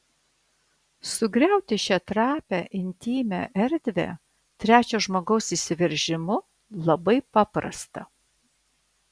sugriauti šią trapią intymią erdvę trečio žmogaus įsiveržimu labai paprasta